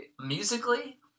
musically